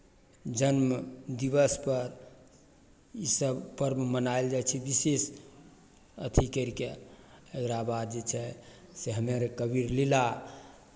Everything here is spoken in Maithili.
जन्म दिवसपर इसभ पर्व मनायल जाइ छै विशेष अथी करि कऽ एकराबाद जे छै से हम्मेआर कबीर लीला